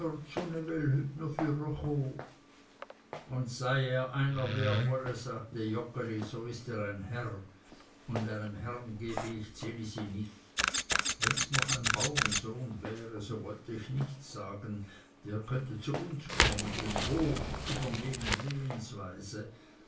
und sei er einer wie er wolle sagte joggeli so ist er ein herr und einem herren gebe ich ds elisi nicht wenns noch ein baurensohn wäre so wollte ich nichts sagen der könnte zu uns kommen den hof übernehmen